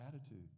attitude